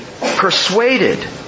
persuaded